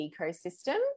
ecosystem